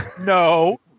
No